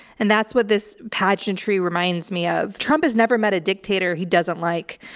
and that's what this pageantry reminds me of. trump has never met a dictator he doesn't like.